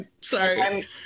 Sorry